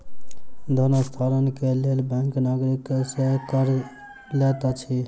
धन हस्तांतरण के लेल बैंक नागरिक सॅ कर लैत अछि